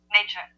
nature